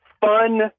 fun